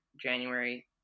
January